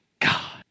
God